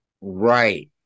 Right